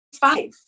five